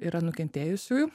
yra nukentėjusiųjų